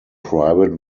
private